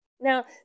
Now